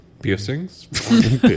Piercings